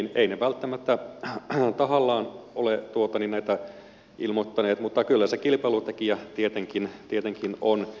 eivät ne välttämättä tahallaan ole näitä ilmoittaneet mutta kyllä se kilpailutekijä tietenkin on